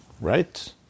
right